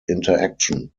interaction